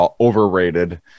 overrated